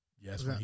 Yes